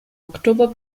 oktober